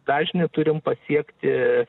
dažnį turim pasiekti